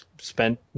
spent